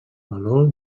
valor